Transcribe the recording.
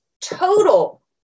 total